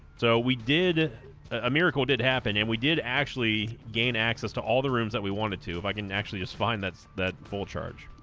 so we did a miracle did happen and we did actually gain access to all the rooms that we wanted to if i can and actually just find that's that full charge